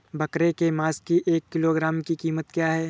बकरे के मांस की एक किलोग्राम की कीमत क्या है?